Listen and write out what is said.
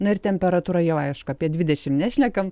na ir temperatūra jau aišku apie dvidešimt nešnekam